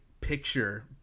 picture